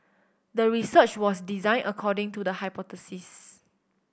the research was designed according to the hypothesis